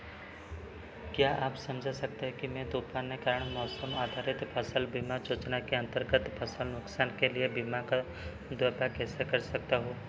क्या आप समझा सकते हैं कि मैं तूफ़ान के कारण मौसम आधारित फ़सल बीमा योजना के अन्तर्गत फ़सल नुकसान के लिए बीमा का कैसे कर सकता हूँ